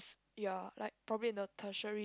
ya like probably the tertiary